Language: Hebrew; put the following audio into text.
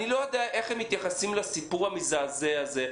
אני לא יודע איך הם מתייחסים לסיפור המזעזע הזה.